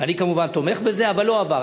אני כמובן תומך בזה, אבל לא עבר.